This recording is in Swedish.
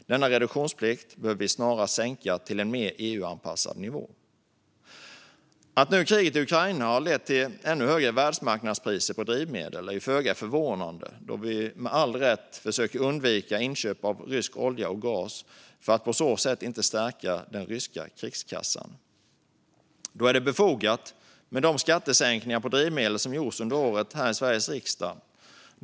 Denna reduktionsplikt behöver vi snarast sänka till en mer EU-anpassad nivå. Att kriget i Ukraina har lett till ännu högre världsmarknadspriser på drivmedel är föga förvånande då vi med all rätt försöker undvika inköp av rysk olja och gas och på så sätt låta bli att stärka den ryska krigskassan. Då är det befogat med de skattesänkningar på drivmedel som har gjorts under året här i Sveriges riksdag.